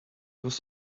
was